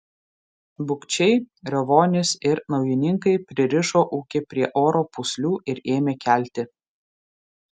bukčiai riovonys ir naujininkai pririšo ūkį prie oro pūslių ir ėmė kelti